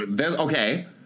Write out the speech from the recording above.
okay